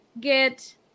get